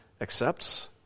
accepts